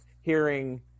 hearing